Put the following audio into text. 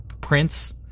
prince